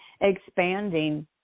expanding